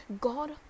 God